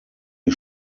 die